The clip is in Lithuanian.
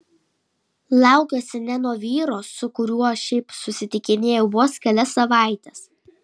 laukiuosi ne nuo vyro su kuriuo šiaip susitikinėjau vos kelias savaites